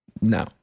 No